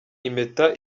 impeta